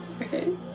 Okay